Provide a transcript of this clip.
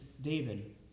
David